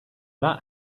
that